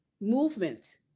movement